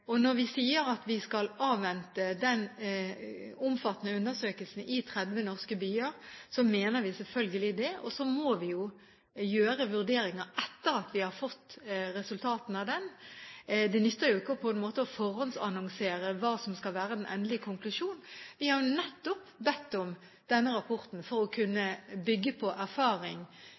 planen. Når vi sier at vi skal avvente den omfattende undersøkelsen i 30 norske byer, mener vi selvfølgelig det, og så må vi jo gjøre vurderinger etter at vi har fått resultatene av undersøkelsen. Det nytter jo ikke å forhåndsannonsere hva som skal være den endelige konklusjonen. Vi har nettopp bedt om denne rapporten for å kunne bygge på erfaring